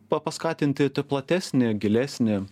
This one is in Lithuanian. pa paskatinti ti platesnį gilesnį